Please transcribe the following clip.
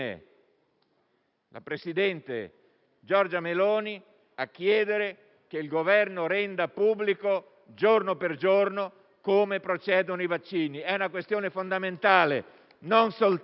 la presidente Giorgia Meloni a chiedere che il Governo renda pubblico, giorno per giorno, come procedono i vaccini. È una questione fondamentale non soltanto